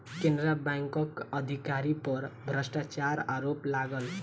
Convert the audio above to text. केनरा बैंकक अधिकारी पर भ्रष्टाचारक आरोप लागल